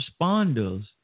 responders